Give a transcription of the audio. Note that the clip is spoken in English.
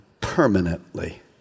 permanently